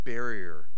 Barrier